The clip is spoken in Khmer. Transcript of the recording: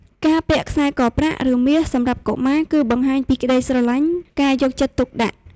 ការពាក់ខ្សែកប្រាក់ ឬមាសសម្រាប់កុមារ គឺបង្ហាញពីក្ដីស្រឡាញ់ ការយកចិត្តទុកដាក់។